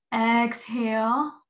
exhale